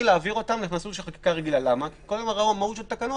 ולהעביר אותן למסלול של חקיקה רגילה כי כל המהות של תקנות